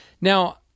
Now